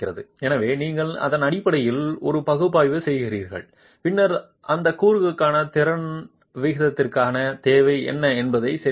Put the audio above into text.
எனவே நீங்கள் அதன் அடிப்படையில் ஒரு பகுப்பாய்வு செய்கிறீர்கள் பின்னர் அந்த கூறுக்கான திறன் விகிதத்திற்கான தேவை என்ன என்பதை சரிபார்க்கவும்